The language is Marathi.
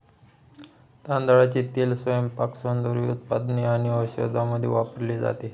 तांदळाचे तेल स्वयंपाक, सौंदर्य उत्पादने आणि औषधांमध्ये वापरले जाते